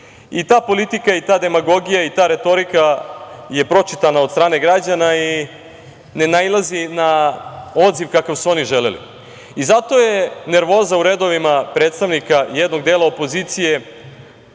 politika i ta demagogija i ta retorika je pročitana od strane građana i ne nailazi na odziv kakav su oni želeli i zato je nervoza u redovima predstavnika jednog dela opozicije